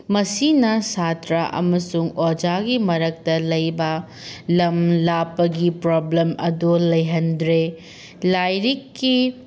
ꯃꯁꯤꯅ ꯁꯥꯇ꯭ꯔ ꯑꯃꯁꯨꯡ ꯑꯣꯖꯥꯒꯤ ꯃꯔꯛꯇ ꯂꯩꯕ ꯂꯝ ꯂꯥꯞꯄꯒꯤ ꯄ꯭ꯔꯣꯕ꯭ꯂꯦꯝ ꯑꯗꯣ ꯂꯩꯍꯟꯗ꯭ꯔꯦ ꯂꯥꯏꯔꯤꯛꯀꯤ